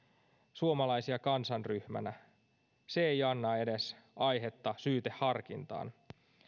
suomalaisia kansanryhmänä ei anna edes aihetta syyteharkintaan ja